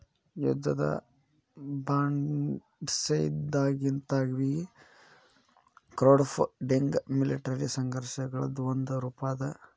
ಯುದ್ಧದ ಬಾಂಡ್ಸೈದ್ಧಾಂತಿಕವಾಗಿ crowdfunding military ಸಂಘರ್ಷಗಳದ್ ಒಂದ ರೂಪಾ ಅದ